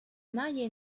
marié